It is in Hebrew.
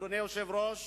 אדוני היושב-ראש,